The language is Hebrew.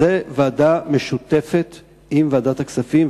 זה ועדה משותפת עם ועדת הכספים,